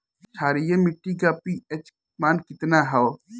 क्षारीय मीट्टी का पी.एच मान कितना ह?